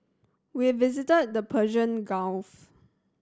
we visited the Persian Gulf